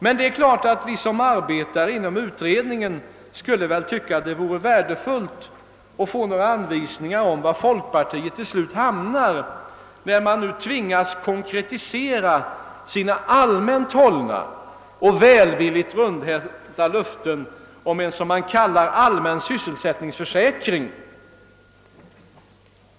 Men det är klart att vi som arbetar inom utredninen skulle tycka att det vore värdefullt att få några anvisningar om var folkpartiet hamnar, när det nu tvingas konkretisera sina allmänt hållna och välvilligt rundhänta löften om en som man kallar allmän sysselsättningsförsäkring.